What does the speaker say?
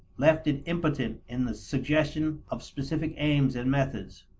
left it impotent in the suggestion of specific aims and methods.